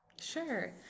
Sure